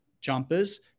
jumpers